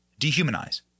dehumanize